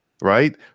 right